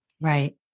Right